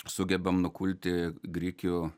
sugebam nukulti grikių